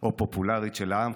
או פופולרית של העם.